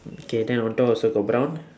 K then on top also got brown